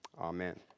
Amen